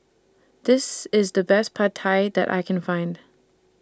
This IS The Best Pad Thai that I Can Find